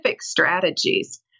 strategies